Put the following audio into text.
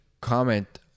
comment